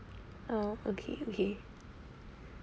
oh okay okay